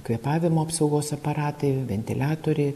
kvėpavimo apsaugos aparatai ventiliatoriai